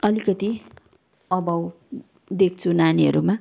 अलिकति अभाव देख्छु नानीहरूमा